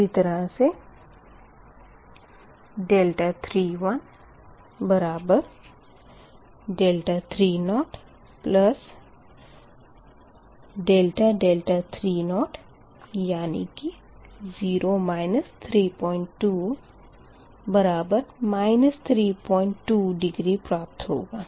इसी तरह से 33∆3 यानी कि 0 32 बराबर 32 डिग्री प्राप्त होगा